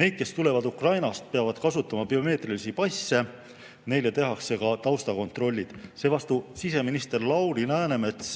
Need, kes tulevad Ukrainast, peavad kasutama biomeetrilisi passe ja neile tehakse ka taustakontroll. Seevastu siseminister Lauri Läänemets